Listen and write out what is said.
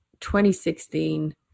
2016